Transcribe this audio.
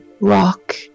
rock